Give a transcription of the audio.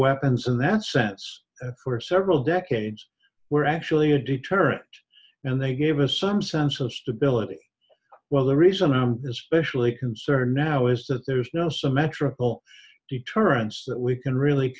weapons in that sense for several decades were actually a deterrent and they gave us some sense of stability well the reason i'm especially concerned now is that there's no symmetrical deterrence that we can really